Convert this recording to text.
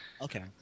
okay